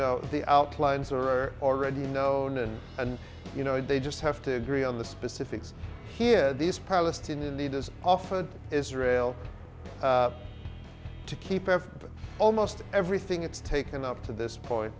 are already known and and you know they just have to agree on the specifics here these palestinian leaders offered israel to keep f almost everything it's taken up to this point